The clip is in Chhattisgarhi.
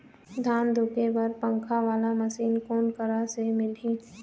धान धुके बर पंखा वाला मशीन कोन करा से मिलही?